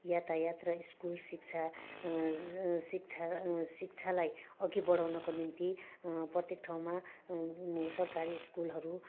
यातायात र स्कुल शिक्षा शिक्षा शिक्षालाई अघि बढाउनका निम्ति प्रत्येक ठाउँमा सरकारी स्कुलहरू